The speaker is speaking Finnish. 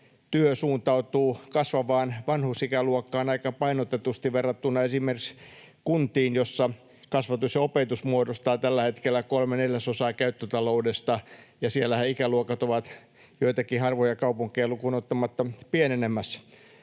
työ suuntautuu kasvavaan vanhusikäluokkaan aika painotetusti verrattuna esimerkiksi kuntiin, joissa kasvatus ja opetus muodostavat tällä hetkellä kolme neljäsosaa käyttötaloudesta, ja siellähän ikäluokat ovat joitakin harvoja kaupunkeja lukuun ottamatta pienenemässä.